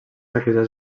saquejar